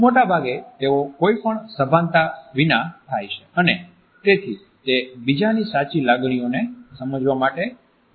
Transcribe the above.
મોટાભાગે તેઓ કોઈપણ સભાનતા વિના થાય છે અને તેથી તે બીજાની સાચી લાગણીઓને સમજવા માટેનો પ્રસંગ માનવામાં આવે છે